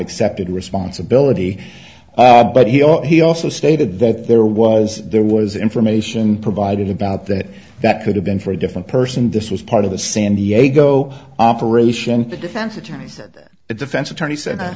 accepted responsibility but he also he also stated that there was there was information provided about that that could have been for a different person this is part of the san diego operation the defense attorney said that the defense attorney said